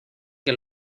que